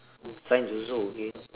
science also okay